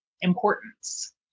importance